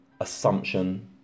assumption